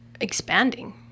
expanding